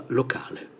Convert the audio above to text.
locale